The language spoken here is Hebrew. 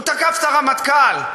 הוא תקף את הרמטכ"ל,